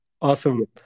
Awesome